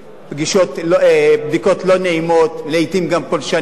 בדיקות לא נעימות, לעתים גם פולשניות.